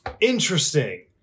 interesting